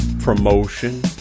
promotion